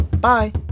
Bye